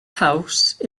house